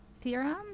theorem